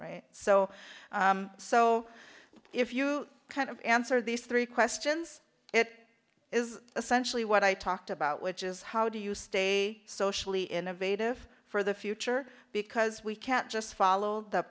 right so so if you kind of answer these three questions it is essentially what i talked about which is how do you stay socially innovative for the future because we can't just follow the